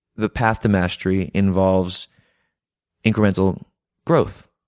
the path to mastery involves incremental growth.